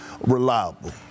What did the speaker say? reliable